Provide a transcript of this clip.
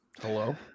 Hello